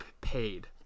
paid